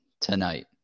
tonight